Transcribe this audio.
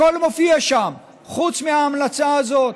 הכול מופיע שם, חוץ מההמלצה הזאת.